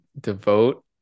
devote